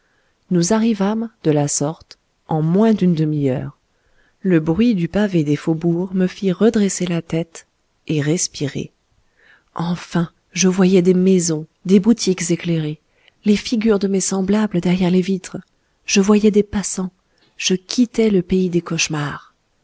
nous arrivâmes de la sorte en moins d'une demi-heure le bruit du pavé des faubourgs me fit redresser la tête et respirer enfin je voyais des maison des boutiques éclairées les figures de mes semblables derrière les vitres je voyais des passants je quittais le pays des cauchemars